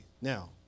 Now